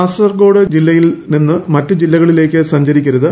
കാസർകോട് ജില്ലകളിൽ നിന്ന് മറ്റ് ജില്ലകളിലേക്ക് സഞ്ചരിക്കരുത്